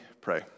pray